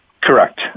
Correct